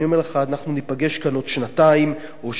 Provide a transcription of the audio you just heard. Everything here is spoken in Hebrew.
אנחנו ניפגש כאן בעוד שנתיים או שלוש שנים,